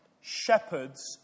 shepherds